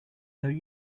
though